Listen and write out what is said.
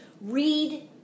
Read